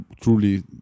truly